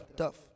tough